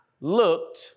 looked